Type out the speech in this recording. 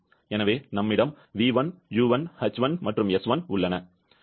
எனவே நம்மிடம் v1 u1 h1 மற்றும் s1 உள்ளன